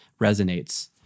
resonates